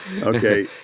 okay